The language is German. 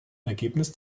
ergebnis